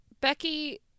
Becky